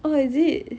oh is it